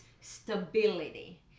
stability